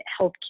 healthcare